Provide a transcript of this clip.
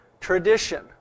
tradition